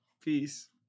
Peace